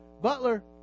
butler